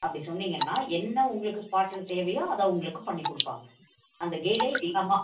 அப்படி சொன்னீங்கன்னா என்ன உங்களுக்கு ஸ்பாட்டில தேவையோ அதை உங்களுக்கு பண்ணிக் கொடுப்பாங்க அந்த கெய்டே இல்லாமா